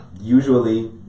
usually